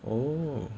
oh